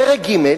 פרק ג'.